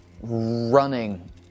running